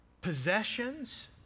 possessions